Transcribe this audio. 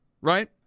right